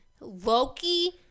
Loki